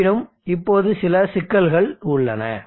இருப்பினும் இப்போது சில சிக்கல்கள் உள்ளன